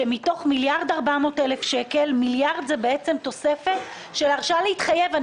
כשמתוך 1.4 מיליארדי שקל 1 מיליארד זה תוספת של הרשאה להתחייב.